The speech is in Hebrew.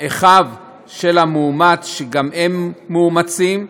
אחיו של המאומץ שגם הם מאומצים,